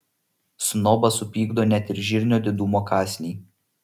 snobą supykdo net ir žirnio didumo kąsniai